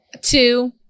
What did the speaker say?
Two